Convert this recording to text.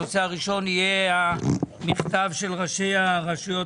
הנושא הראשון יהיה המכתב של ראשי הרשויות